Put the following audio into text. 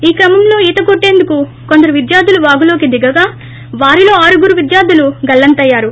ఈ క్రమంలో ఈత కొట్టేందుకు కొందరు విద్యార్థులు వాగులోకి దిగగా వారిలో ఆరుగురు విద్యార్ధులు గల్లంతయ్యారు